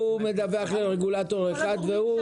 הוא מדווח לרגולטור אחד וההוא מעביר.